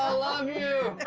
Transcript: ah love you!